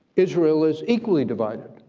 israel is equally divided.